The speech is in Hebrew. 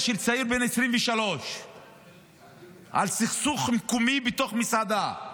של צעיר בן 23. על סכסוך מקומי בתוך מסעדה.